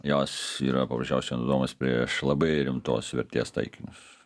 jos yra paprasčiausia naudojamos prieš labai rimtos vertės taikinius